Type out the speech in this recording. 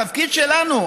התפקיד שלנו,